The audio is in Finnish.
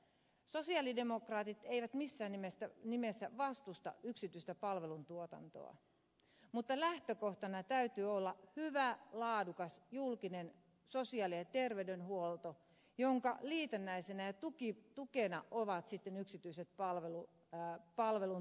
sosialidemokraatit eivät missään nimessä vastusta yksityistä palveluntuotantoa mutta lähtökohtana täytyy olla hyvä laadukas julkinen sosiaali ja terveydenhuolto jonka liitännäisenä ja tukena ovat sitten yksityiset palveluntuottajat